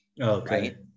okay